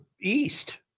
east